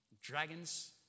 dragons